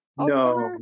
No